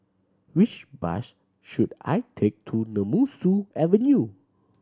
which bus should I take to Nemesu Avenue